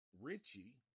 Richie